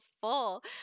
full